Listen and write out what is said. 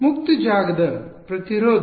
ಮುಕ್ತ ಜಾಗದ ಪ್ರತಿರೋಧ